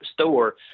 store